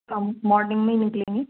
हम मॉर्निंग में निकलेंगे